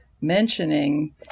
mentioning